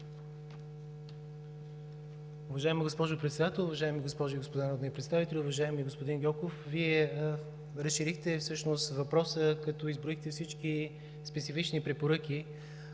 Уважаема госпожо Председател, уважаеми госпожи и господа народни представители! Уважаеми господин Гьоков, Вие разширихте всъщност въпроса, като изброихте всички специфични препоръки